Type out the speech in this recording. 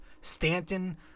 Stanton